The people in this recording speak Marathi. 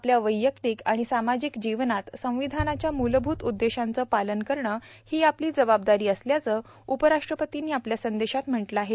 आपल्या वैयक्तिक आर्गाण सामाजिक जिवनात र्सावधानाच्या मुलभूत उद्देशांचं पालन करणं हो आपलो जबाबदारो असल्याचं उपराष्ट्रपतींनी आपल्या संदेशात म्हटलं आहे